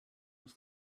that